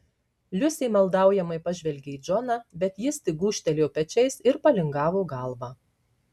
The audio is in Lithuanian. liusė maldaujamai pažvelgė į džoną bet jis tik gūžtelėjo pečiais ir palingavo galvą